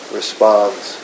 responds